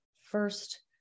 First